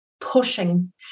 pushing